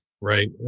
right